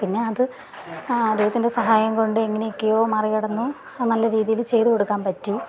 പിന്നെ അത് ദൈവത്തിൻ്റെ സഹായം കൊണ്ട് എങ്ങനെയെക്കെയോ മറികടന്നു ആ നല്ല രീതിയിൽ ചെയ്ത് കൊടുക്കാൻ പറ്റി